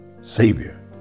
Savior